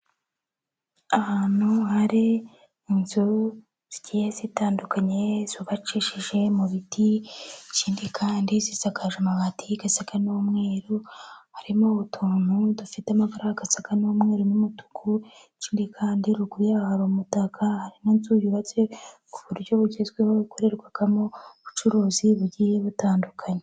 Ahantu hari inzu zigiye zitandukanye zubabakishije mu biti, ikindi kandi zisakaje amabati asa n'umweru, harimo n'utuntu dufite amabara asa n'umweru n'umutuku, ikindi kandi ruguru ya ho hari umutaka, hari n'inzu yubatse ku buryo bugezweho ikorerwamo ubucuruzi bugiye butandukanye.